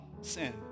sin